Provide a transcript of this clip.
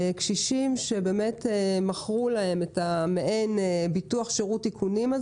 קשישים שבאמת מכרו להם מעין ביטוח שירות תיקונים,